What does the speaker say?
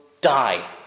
die